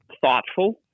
thoughtful